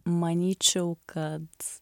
manyčiau kad